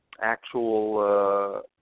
actual